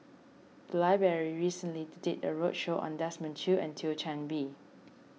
the library recently did a roadshow on Desmond Choo and Thio Chan Bee